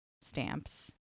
stamps